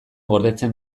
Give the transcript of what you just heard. gordetzen